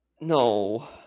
No